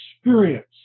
experience